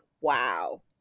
wow